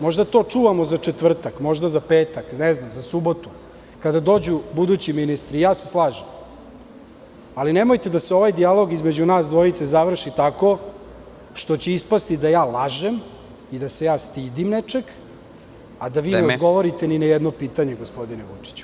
Možda to čuvamo za četvrtak, možda za petak, za subotu, kada dođu budući ministri i ja se slažem, ali nemojte da se ovaj dijalog između nas dvojice završi tako što će ispasti da ja lažem i da se ja stidim nečega … (Predsednik: Vreme.) … a da vi ne odgovorite ni na jedno pitanje, gospodine Vučiću.